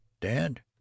Dad